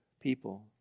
People